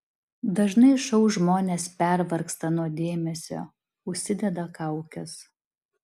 dažnai šou žmonės pervargsta nuo dėmesio užsideda kaukes